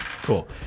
Cool